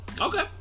Okay